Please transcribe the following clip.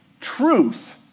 truth